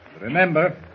Remember